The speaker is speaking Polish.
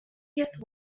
jest